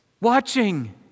watching